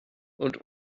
und